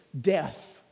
death